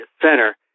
center